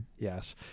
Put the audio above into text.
Yes